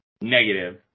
negative